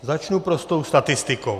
Začnu prostou statistikou.